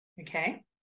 okay